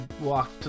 walk